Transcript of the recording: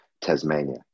Tasmania